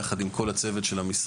יחד עם כל צוות המשרד,